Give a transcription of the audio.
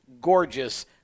gorgeous